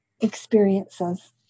experiences